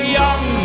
young